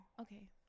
okay